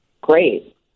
great